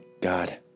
God